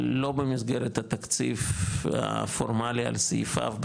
לא במסגרת התקציב הפורמלי על סעיפיו,